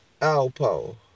Alpo